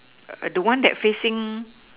err the one that facing